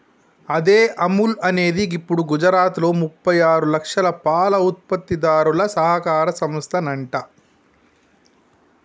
అదే అముల్ అనేది గిప్పుడు గుజరాత్లో ముప్పై ఆరు లక్షల పాల ఉత్పత్తిదారుల సహకార సంస్థనంట